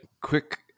Quick